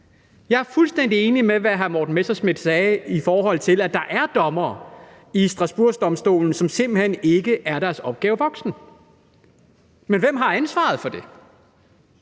Jeg er fuldstændig enig i, hvad hr. Morten Messerschmidt sagde om, at der er dommere ved domstolen i Strasbourg, som simpelt hen ikke er deres opgave voksen. Men hvem har ansvaret for det?